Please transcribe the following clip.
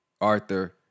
Arthur